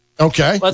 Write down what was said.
Okay